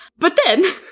but then,